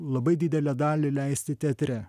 labai didelę dalį leisti teatre